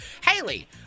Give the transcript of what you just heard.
Haley